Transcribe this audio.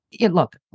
look